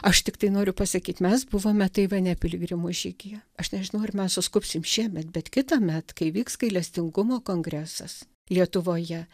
aš tiktai noriu pasakyt mes buvome taivane piligrimų žygyje aš nežinau ar mes suskubsim šiemet bet kitąmet kai vyks gailestingumo kongresas lietuvoje